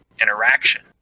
interaction